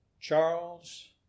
Charles